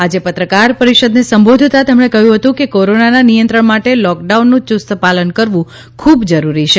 આજે પત્રકાર પરિષદને સંબોધતાં તેમણે કહ્યું હતું કે કોરોનાના નિયંત્રણ માટે લોકડાઉનનું યુસ્ત પાલન કરવું ખૂબ જરૂરી છે